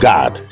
God